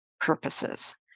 purposes